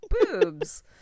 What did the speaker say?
Boobs